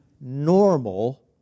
normal